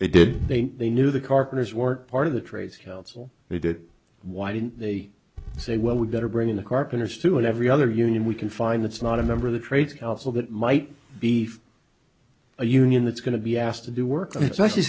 they did they they knew the carpenters weren't part of the trades council they did why didn't they say well we better bring in the carpenters to every other union we can find that's not a number the trades council that might be a union that's going to be asked to do work and it's